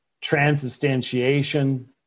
transubstantiation